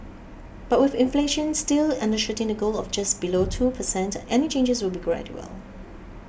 but with inflation still undershooting the goal of just below two per cent any changes will be gradual